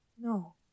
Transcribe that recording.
No